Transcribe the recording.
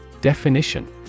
Definition